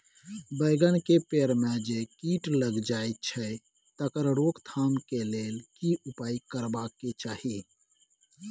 बैंगन के पेड़ म जे कीट लग जाय छै तकर रोक थाम के लेल की उपाय करबा के चाही?